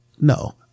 No